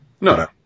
No